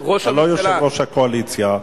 אתה לא יושב-ראש הקואליציה.